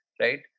right